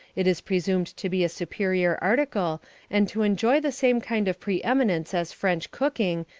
it is presumed to be a superior article and to enjoy the same kind of pre-eminence as french cooking,